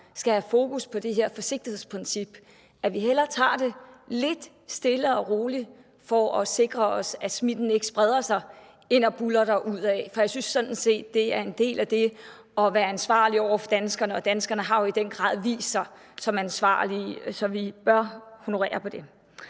skal have fokus på det her forsigtighedsprincip, altså at vi hellere tager det lidt stille og roligt for at sikre os, at smitten ikke spreder sig, end at vi buldrer derudad. For jeg synes sådan set, at det er en del af det at være ansvarlig over for danskerne, og danskerne har jo i den grad vist sig som ansvarlige. Så vi bør honorere det.